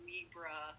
Libra